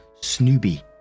Snoopy